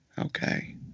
Okay